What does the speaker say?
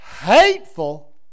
hateful